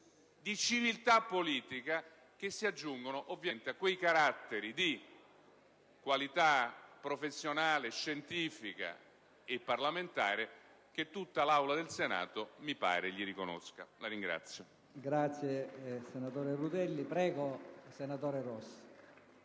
di civiltà politica, che si aggiungono ovviamente a quei caratteri di qualità professionale, scientifica e parlamentare che tutta l'Aula del Senato mi pare gli riconosca. *(Applausi